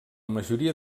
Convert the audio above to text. majoria